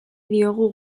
diogu